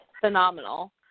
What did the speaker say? phenomenal